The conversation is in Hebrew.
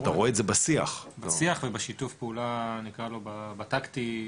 ובית המשפט לא יכול בסוף לתת על 80 כאילו כמו שהוא נותן לו טונה וחצי.